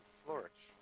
flourish